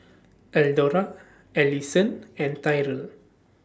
Eldora Allisson and Tyrell